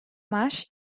maaş